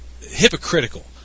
hypocritical